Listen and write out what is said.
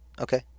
Okay